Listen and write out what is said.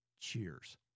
Cheers